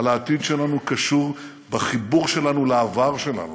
על העתיד שלנו קשור בחיבור שלנו לעבר שלנו,